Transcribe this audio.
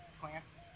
plants